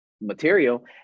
material